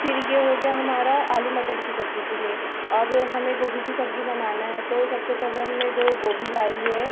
फिर यह हो गया हमारा आलू मटर की सब्ज़ी के लिए अब हमें गोभी की सब्ज़ी बनाना है तो सबसे पहले हमने जो गोभी लाई है